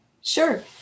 Sure